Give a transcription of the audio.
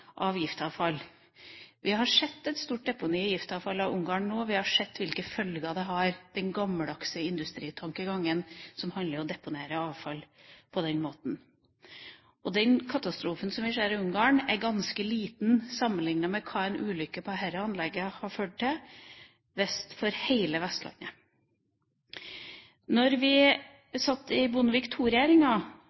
giftavfall. Vi har nå sett et stort deponi av giftavfall i Ungarn. Vi har sett hvilke følger den gammeldagse industritankegangen som handler om å deponere avfall på den måten, kan få. Den katastrofen vi ser i Ungarn, er ganske liten sammenlignet med hva en ulykke på Sellafield-anlegget vil kunne føre til, mest for hele Vestlandet. Da vi satt i Bondevik